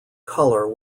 colour